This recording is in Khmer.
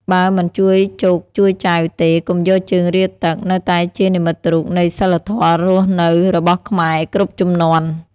«បើមិនជួយចូកជួយចែវទេ កុំយកជើងរាទឹក» នៅតែជានិមិត្តរូបនៃសីលធម៌រស់នៅរបស់ខ្មែរគ្រប់ជំនាន់។